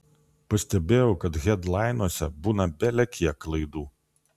pastebėjau kad hedlainuose būna belekiek klaidų